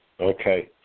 Okay